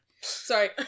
Sorry